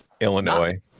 Illinois